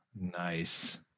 Nice